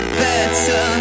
better